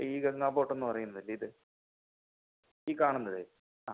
ഈ ഗംഗാ ബോട്ടന്ന് പറയുന്നത് അല്ലെ ഇത് ഈ കാണുന്നതെ ആ